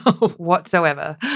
whatsoever